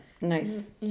nice